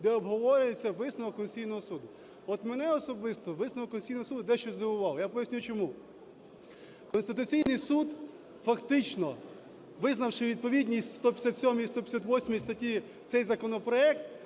де обговорюється висновок Конституційного Суду. От мене особисто висновок Конституційного Суду дещо здивував. Я поясню чому. Конституційний Суд, фактично, визнавши відповідність 157 і 158 статтям, цей законопроект